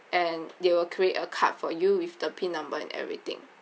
and they will create a card for you with the pin number and everything